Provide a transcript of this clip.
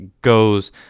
goes